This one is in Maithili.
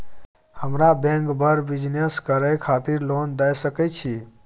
हमरा बैंक बर बिजनेस करे खातिर लोन दय सके छै?